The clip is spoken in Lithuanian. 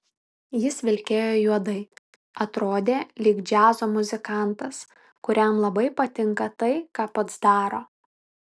jis vilkėjo juodai atrodė lyg džiazo muzikantas kuriam labai patinka tai ką pats daro